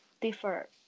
differ